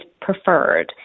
preferred